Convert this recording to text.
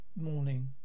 morning